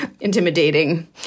intimidating